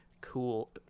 cool